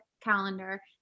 calendar